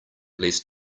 least